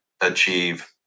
achieve